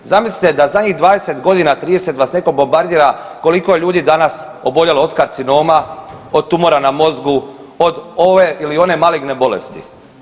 Zamislite da zadnjih 20 godina 30 vas netko bombardira koliko je ljudi danas oboljelo od karcinoma, od tumora na mozgu, od ove ili one maligne bolesti.